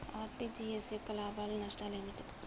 RTGS యొక్క లాభాలు నష్టాలు ఏమిటి?